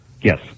Yes